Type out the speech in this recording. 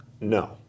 No